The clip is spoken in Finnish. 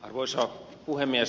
arvoisa puhemies